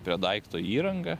prie daikto įranga